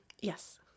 Yes